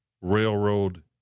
Railroad